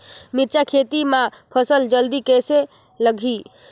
मिरचा खेती मां फल जल्दी कइसे लगही?